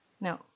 No